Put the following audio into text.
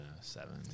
seven